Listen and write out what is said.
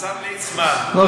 השר ליצמן, מה